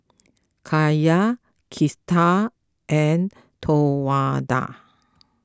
Kaia Kristal and Towanda